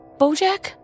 Bojack